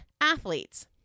athletes